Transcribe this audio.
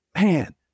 man